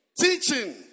teaching